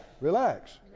Relax